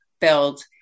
build